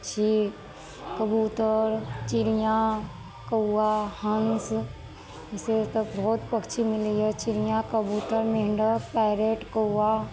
पक्षी कबूतर चिड़िऑं कौआ हंस जेहन तऽ बहुत पक्षी मिलैया चिड़िया कबूतर मेंढ़क पैरोट कौआ